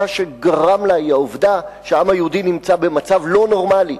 מה שגרם לה הוא העובדה שהעם היהודי נמצא במצב לא נורמלי,